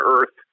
Earth